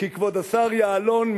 כי כבוד השר יעלון,